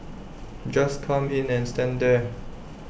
just come in and stand there